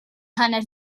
hanner